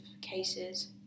cases